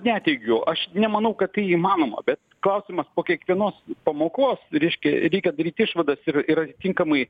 neteigiu aš nemanau kad tai įmanoma bet klausimas po kiekvienos pamokos reiškia reikia daryt išvadas ir ir atitinkamai